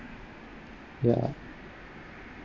ya